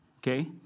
Okay